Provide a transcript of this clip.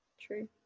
true